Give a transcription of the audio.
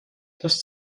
das